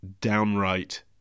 downright